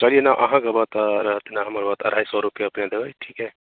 शरीर ना अहां गवत सौ रुपया पे दवे ठीक है